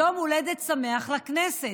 יום הולדת שמח לכנסת.